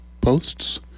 posts